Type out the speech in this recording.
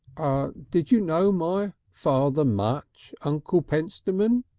did you know my father much, uncle pentstemon?